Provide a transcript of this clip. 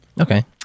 Okay